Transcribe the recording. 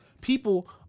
People